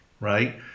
right